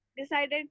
decided